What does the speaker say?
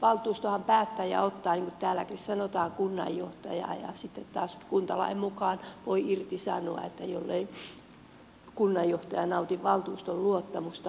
valtuustohan päättää ja ottaa niin kuin täälläkin sanotaan kunnanjohtajan ja sitten taas kuntalain mukaan voi irtisanoa jollei kunnanjohtaja nauti valtuuston luottamusta